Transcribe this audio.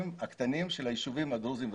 הקטנים של היישובים הדרוזיים והצ'רקסיים.